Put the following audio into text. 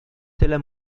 tyle